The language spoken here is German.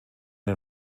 den